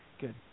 Good